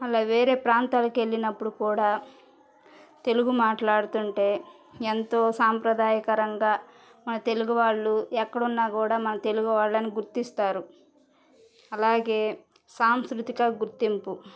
అలా వేరే ప్రాంతాలకు వెళ్ళినప్పుడు కూడా తెలుగు మాట్లాడుతుంటే ఎంతో సాంప్రదాయకరంగా మన తెలుగు వాళ్ళు ఎక్కడున్నా కూడా మన తెలుగు వాళ్ళని గుర్తిస్తారు అలాగే సాంస్కృతిక గుర్తింపు